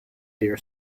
dear